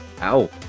Ow